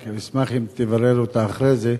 רק אשמח אם תברר אותה אחרי זה.